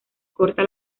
corta